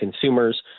consumers